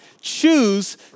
choose